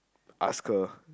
ask her